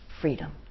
freedom